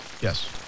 Yes